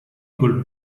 col